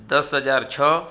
દસ હજાર છ